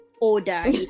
order